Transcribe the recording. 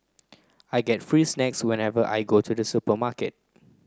I get free snacks whenever I go to the supermarket